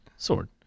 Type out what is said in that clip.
Sword